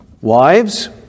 Wives